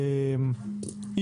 וכיוצא בזה,